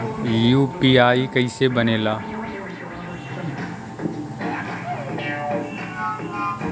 UPI कईसे बनेला?